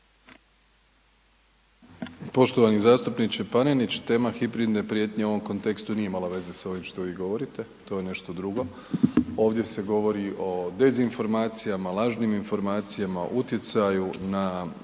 Poštovani zastupniče Panenić. Tema hibridne prijetnje u ovom kontekstu nije imala veze s ovim što vi govorite, to je nešto drugo. Ovdje se govori o dezinformacijama, lažnim informacijama, utjecaju na